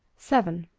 seven.